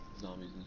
Zombies